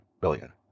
billion